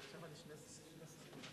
עכשיו אני שני שרים וחצי.